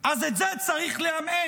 אז את זה צריך לעמעם,